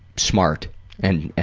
smart and